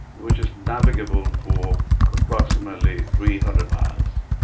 which is navigable for approximately three hundred miles.